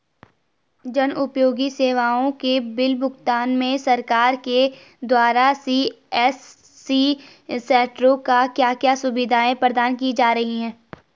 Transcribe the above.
जन उपयोगी सेवाओं के बिल भुगतान में सरकार के द्वारा सी.एस.सी सेंट्रो को क्या क्या सुविधाएं प्रदान की जा रही हैं?